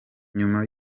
nyuma